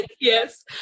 Yes